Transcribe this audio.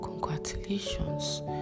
Congratulations